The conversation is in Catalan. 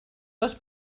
dos